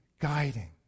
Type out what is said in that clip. guiding